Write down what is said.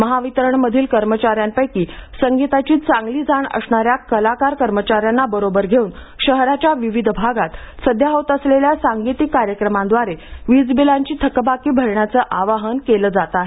महावितरण मधील कर्मचाऱ्यांपैकी संगीताची चांगली जाण असणाऱ्या कलाकार कर्मचाऱ्यांना बरोबर घेऊन शहराच्या विविध भागात सध्या होत असलेल्या सांगीतिक कार्यक्रमाद्वारे वीजबिलांची थकबाकी भरण्याचं आवाहन केलं जात आहे